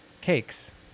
Cakes